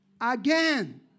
again